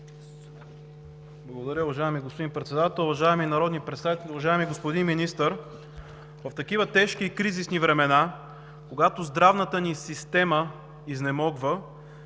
Благодаря, уважаеми господин Председател. Уважаеми народни представители, уважаеми господин Министър! В такива тежки и кризисни времена, когато здравната ни система изнемогва,